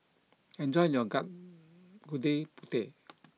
enjoy your Gudeg Putih